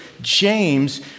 James